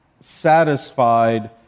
satisfied